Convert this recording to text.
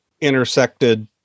intersected